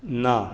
ना